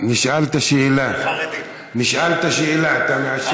נשאלת שאלה: אתה מאשר את זה?